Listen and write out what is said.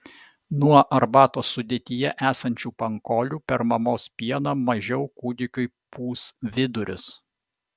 nuo arbatos sudėtyje esančių pankolių per mamos pieną mažiau kūdikiui pūs vidurius